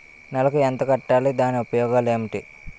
నెలకు ఎంత కట్టాలి? దాని ఉపయోగాలు ఏమిటి?